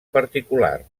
particular